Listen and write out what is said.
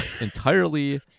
entirely